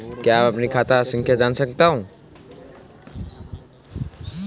क्या मैं अपनी खाता संख्या जान सकता हूँ?